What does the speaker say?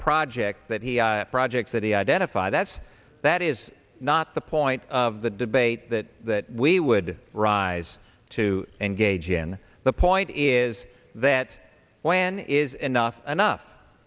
project that he projects that he identify that's that is not the point of the debate that we would rise to engage in the point is that when is enough enough